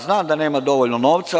Znam da nema dovoljno novca.